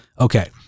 Okay